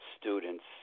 students